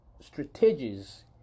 strategies